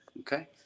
Okay